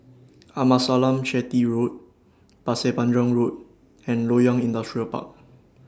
Amasalam Chetty Road Pasir Panjang Road and Loyang Industrial Park